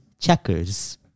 Checkers